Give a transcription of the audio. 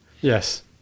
Yes